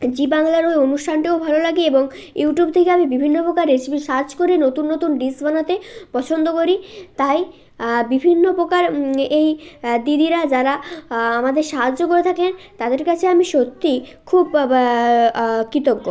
জি বাংলার ওই অনুষ্ঠানটাও ভালো লাগে এবং ইউটিউব থেকে আমি বিভিন্ন প্রকার রেসিপি সার্চ করে নতুন নতুন ডিশ বানাতে পছন্দ করি তাই বিভিন্ন প্রকার এই দিদিরা যারা আমাদের সাহায্য করে থাকেন তাদের কাছে আমি সত্যি খুব কৃতজ্ঞ